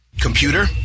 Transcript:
Computer